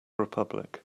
republic